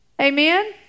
Amen